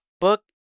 book